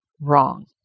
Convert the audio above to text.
wrong